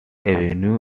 avenue